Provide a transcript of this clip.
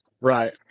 Right